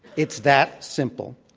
it's that simple.